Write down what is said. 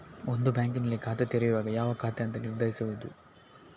ಒಂದು ಬ್ಯಾಂಕಿನಲ್ಲಿ ಖಾತೆ ತೆರೆಯುವಾಗ ಯಾವ ಖಾತೆ ಅಂತ ನಿರ್ಧರಿಸುದು